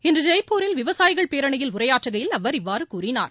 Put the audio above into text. இன்று ஜெய்ப்பூரில் விவசாயிகள் பேரணியில் உரையாற்றுகையில் அவர் இவ்வாறு கூறினார்